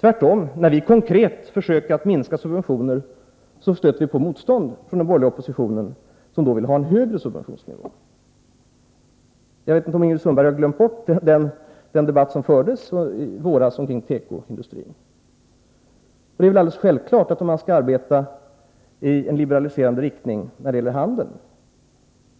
Tvärtom — när vi konkret försöker att minska subventioner stöter vi på motstånd från den borgerliga oppositionen, som vill ha en högre subventionsnivå. Jag vet inte om Ingrid Sundberg har glömt bort den debatt som i våras fördes omkring tekoindustrin. Om man skall arbeta i liberaliserande riktning när det gäller handeln